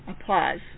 Applause